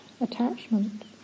attachment